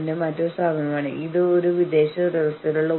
അത് വളരെ അനാദരവുള്ളതും വളരെ പരുഷമായി മാറുന്നു